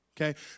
okay